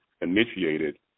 initiated